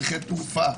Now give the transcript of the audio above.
חברות תעופה,